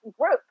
group